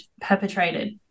perpetrated